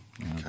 Okay